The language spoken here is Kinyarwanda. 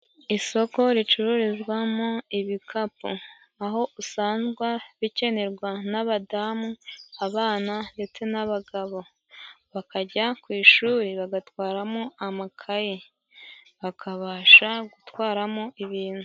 Isoko ricururizwamo ibikapu aho usanga bikenerwa n'abadamu, abana ndetse n'abagabo bakajya ku ishuri bagatwaramo amakaye, bakabasha gutwaramo ibintu.